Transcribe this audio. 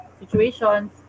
situations